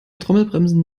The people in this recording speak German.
trommelbremsen